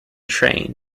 train